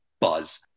buzz